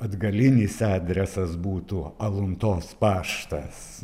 atgalinis adresas būtų aluntos paštas